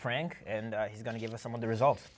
frank and he's going to give us some of the results